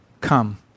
come